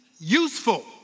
useful